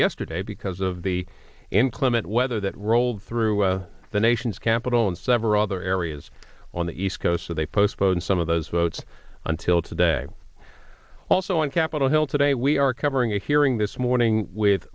yesterday because of the inclement weather that rolled through the nation's capital and several other area he is on the east coast so they postponed some of those votes until today also on capitol hill today we are covering a hearing this morning with